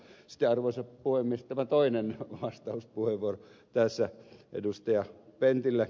sitten arvoisa puhemies tämä toinen vastauspuheenvuoro tässä ed